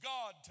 God